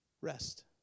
rest